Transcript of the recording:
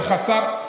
זה חסר,